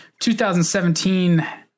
2017